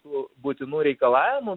tų būtinų reikalavimų